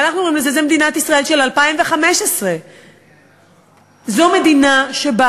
וזו מדינת ישראל של 2015. זו מדינה שיש בה